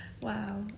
Wow